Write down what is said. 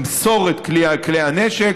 למסור את כלי הנשק.